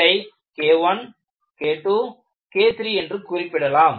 இதை KI KII KIII என்று குறிப்பிடலாம்